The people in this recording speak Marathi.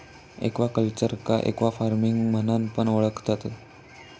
एक्वाकल्चरका एक्वाफार्मिंग म्हणान पण ओळखतत